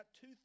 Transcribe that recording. Two